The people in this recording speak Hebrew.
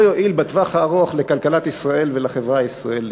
לא יועיל בטווח הארוך לכלכלת ישראל ולחברה הישראלית.